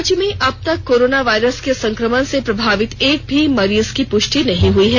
राज्य में अबतक कोरोना वायरस के संक्रमण से प्रभावित एक भी मरीज की प्रष्टि नहीं हई है